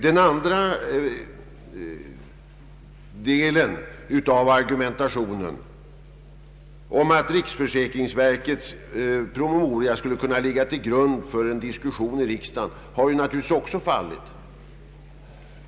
Den andra delen av argumentationen, som går ut på att riksförsäkringsverkets promemoria skulle kunna ligga till grund för en diskussion i riksdagen, har naturligtvis också fallit.